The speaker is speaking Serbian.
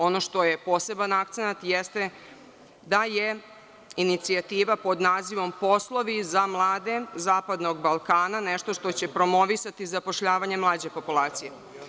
Ono što je poseban akcenat jeste da je inicijativa pod nazivom „Poslovi za mlade zapadnog Balkana“ nešto što će promovisati zapošljavanje mlađe populacije.